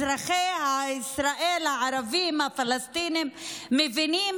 אזרחי ישראל הערבים הפלסטינים מבינים